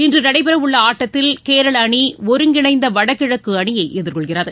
இன்று நடைபெறவுள்ள ஆட்டத்தில் கேரளா அணி ஒருங்கிணைந்த வடகிழக்கு அணியை எதிர்கொள்கிறது